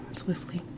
swiftly